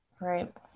Right